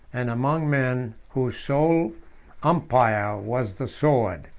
and among men, whose sole umpire was the sword.